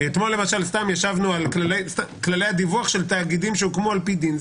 אתמול ישבנו על כללי הדיווח של תאגידים שהוקמו על-פי דין.